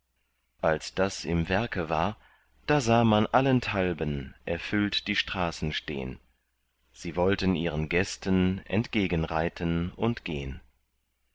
als das im werke war da sah man allenthalben erfüllt die straßen stehn sie wollten ihren gästen entgegen reiten und gehn